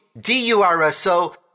D-U-R-S-O